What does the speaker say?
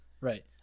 right